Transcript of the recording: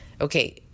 Okay